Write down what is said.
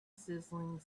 sizzling